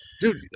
dude